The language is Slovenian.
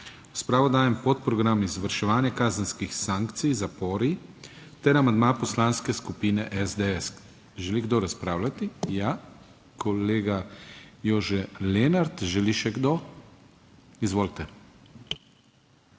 razpravo dajem podprogram Izvrševanje kazenskih sankcij Zapori ter amandma Poslanske skupine SDS. Želi kdo razpravljati? Ja, kolega Jože Lenart. Želi še kdo? Izvolite.